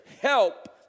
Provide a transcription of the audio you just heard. Help